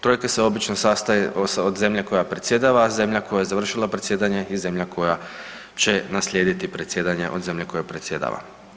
Trojka se obično sastaje od zemlje koja predsjedava, zemlja koja je završila predsjedanje i zemlja koja će naslijediti predsjedanje od zemlje koja predsjedava.